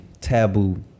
taboo